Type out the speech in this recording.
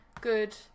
good